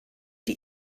die